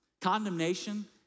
Condemnation